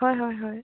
হয় হয় হয়